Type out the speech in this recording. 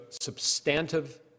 substantive